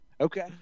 okay